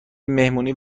مهمونی